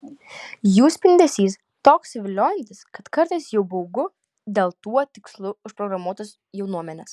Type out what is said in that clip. jų spindesys toks viliojantis kad kartais jau baugu dėl tuo tikslu užprogramuotos jaunuomenės